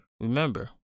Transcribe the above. Remember